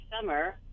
summer